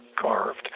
carved